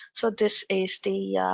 so this is the